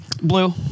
blue